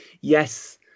yes